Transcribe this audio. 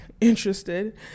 interested